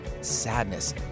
sadness